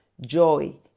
joy